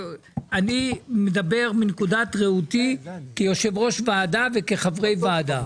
אני מדבר מנקודת ראותי כיושב ראש ועדה וכחברי ועדה,